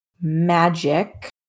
magic